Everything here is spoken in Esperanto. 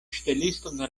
ŝteliston